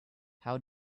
how